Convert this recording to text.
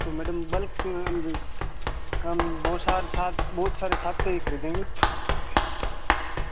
तो madam bulk हम बहुत सारे साथ बहुत सारे साथ ही खरीदेंगे